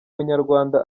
munyarwanda